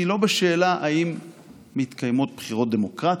לא בשאלה אם מתקיימות בחירות דמוקרטיות,